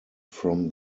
from